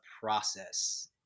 process